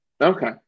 Okay